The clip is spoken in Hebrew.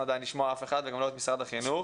עדיין לשמוע מי מהאורחים וגם לא את משרד החינוך.